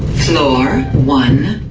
floor one.